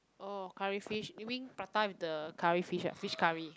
oh curry fish wing prata with the curry fish ah fish curry